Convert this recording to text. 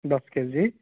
দহ কেজি